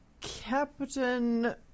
Captain